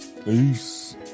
Peace